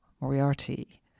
Moriarty